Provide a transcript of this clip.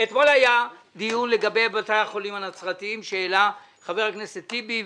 אתמול היה דיון לגבי בתי החולים הנצרתיים שהעלה חבר הכנסת טיבי,